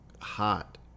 hot